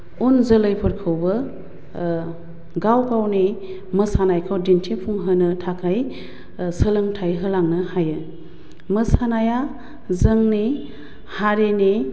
उन जोलैफोरखौबो गाव गावनि मोसानायखौ दिन्थिफुंहोनो थाखाय सोलोंथाइ होलांनो हायो मोसानाया जोंनि हारिनि